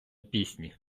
пісні